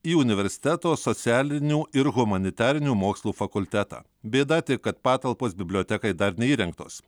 į universiteto socialinių ir humanitarinių mokslų fakultetą bėda kad patalpos bibliotekai dar neįrengtos